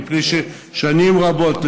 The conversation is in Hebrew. מפני ששנים רבות,